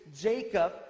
Jacob